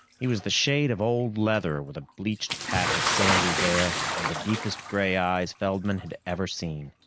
he was the shade of old leather with a bleached patch of sandy hair and the deepest gray eyes feldman had ever seen.